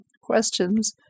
questions